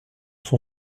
son